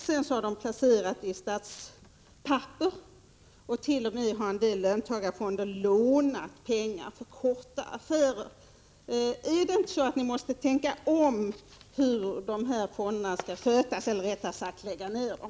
Sedan har de placerat i statspapper. En del löntagarfonder har t.o.m. lånat pengar för korta affärer. Är det inte så, att ni måste tänka om när det gäller hur de här fonderna skall skötas — eller rättare sagt lägga ner dem?